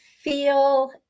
feel